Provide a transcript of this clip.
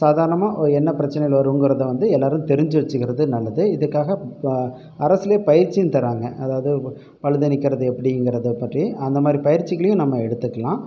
சாதாரணமாக ஒரு என்ன பிரச்சனைகள் வருங்கிறத வந்து எல்லாரும் தெரிஞ்சு வச்சுக்கிறது நல்லது இதுக்காக ப அரசுலேயே பயிற்சியும் தராங்க அதாவது பழுது நீக்கறது எப்படிங்கிறத பற்றி அந்தமாதிரி பயிற்சிகளையும் நம்ம எடுத்துக்கலாம்